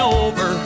over